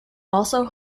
also